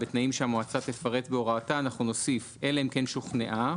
אנחנו נוסיף אלא אם כן שוכנעה,